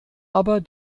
aber